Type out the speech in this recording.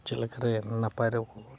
ᱪᱮᱫ ᱞᱮᱠᱟᱨᱮ ᱱᱟᱯᱟᱭ ᱨᱮᱜᱮ ᱵᱚᱱ